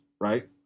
right